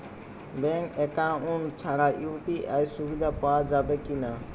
Bank account ছাড়া UPI সুবিধা পাওয়া যাবে কি না?